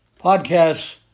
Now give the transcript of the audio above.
Podcasts